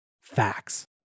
Facts